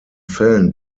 fällen